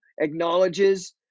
acknowledges